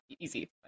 easy